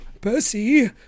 Percy